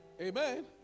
Amen